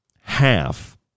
half